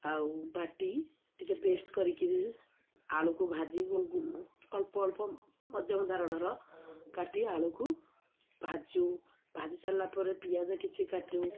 ଆଉ ବାଟି ଟିକେ ପେଷ୍ଟ କରିକିରି ଆଳୁକୁ ଭାଜି ଅଳ୍ପ ଅଳ୍ପ ମଧ୍ୟମଧରଣର କାଟି ଆଳୁକୁ ଭାଜୁ ଭାଜି ସାରିଲା ପରେ ପିଆଜ କିଛି କାଟୁ